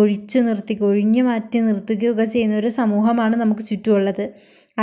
ഒഴിച്ച് നിർത്തി ഒഴിഞ്ഞ് മാറ്റി നിർത്തുകയും ഒക്കെ ചെയ്യുന്ന ഒരു സമൂഹമാണ് നമുക്ക് ചുറ്റും ഉള്ളത്